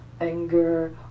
anger